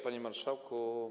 Panie Marszałku!